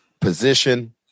position